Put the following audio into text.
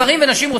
גברים ונשים,